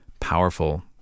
powerful